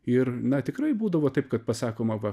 ir na tikrai būdavo taip kad pasakoma va